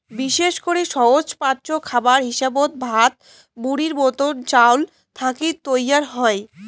বিশেষ করি সহজপাচ্য খাবার হিসাবত ভাত, মুড়ির মতন চাউল থাকি তৈয়ার হই